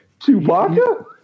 Chewbacca